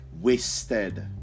wasted